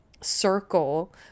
circle